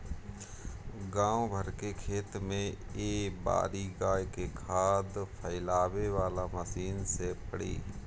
गाँव भर के खेत में ए बारी गाय के खाद फइलावे वाला मशीन से पड़ी